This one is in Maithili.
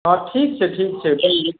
हँ ठीक छै ठीक छै बज